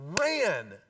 ran